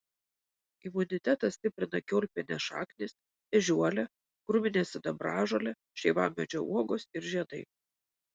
imunitetą stiprina kiaulpienės šaknys ežiuolė krūminė sidabražolė šeivamedžio uogos ir žiedai